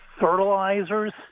fertilizers